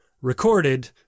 recorded